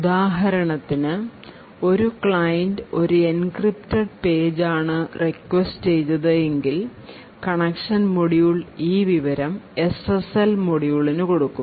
ഉദാഹരത്തിനു ഒരു client ഒരു encrypted പേജ് ആണ് റിക്വസ്റ്റ് ചെയ്തത് എങ്കിൽ കണക്ഷൻ മൊഡ്യൂൾ ഈ വിവരം SSL മോഡ്യൂളിന് കൊടുക്കും